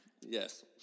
Yes